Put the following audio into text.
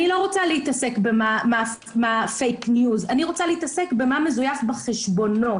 אני לא רוצה להתעסק במה פייק ניוז אלא במה מזויף בחשבונות,